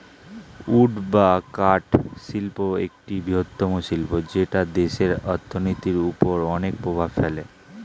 would বা কাঠ শিল্প একটি বৃহত্তম শিল্প যেটা দেশের অর্থনীতির ওপর অনেক প্রভাব ফেলে